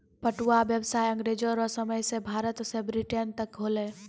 पटुआ व्यसाय अँग्रेजो रो समय से भारत से ब्रिटेन तक होलै